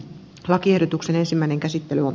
lakiehdotuksen ensimmäinen käsittely on